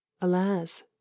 Alas